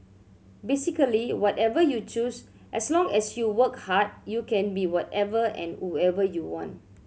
basically whatever you choose as long as you work hard you can be whatever and whoever you want